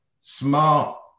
smart